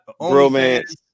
romance